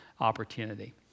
opportunity